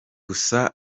gusa